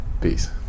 Peace